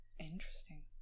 Interesting